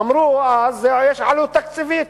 אמרו אז: יש עלות תקציבית,